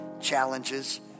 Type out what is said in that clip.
challenges